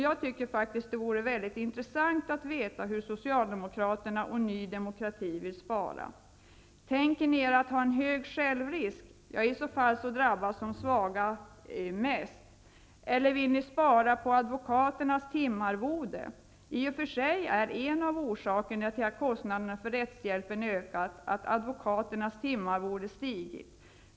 Jag tycker faktiskt att det vore mycket intressant att veta hur Socialdemokraterna och Ny demokrati vill spara. Tänker ni er att ha en hög självrisk? I så fall drabbas de svaga mest. Eller vill ni spara på advokaternas timarvode? I och för sig är en av orsakerna till att kostnaderna för rättshjälpen har ökat att advokaternas timarvode har stigit.